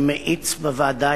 אני מאיץ בוועדה,